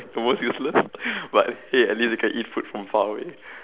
the most useless but hey at least you can eat food from far away